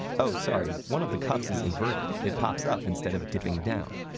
oh, sorry, one of the cups is inverted. it pops up instead of dipping down.